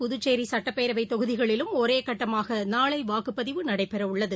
புதுச்சேரிசுட்டப்பேரவைதொகுதிகளிலும் ஒரேகட்டமாகநாளைவாக்குப்பதிவு கேரளா நடைபெறவுள்ளது